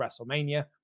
wrestlemania